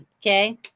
Okay